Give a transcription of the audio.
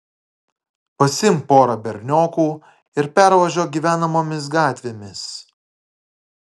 pasiimk porą berniokų ir pervažiuok gyvenamomis gatvėmis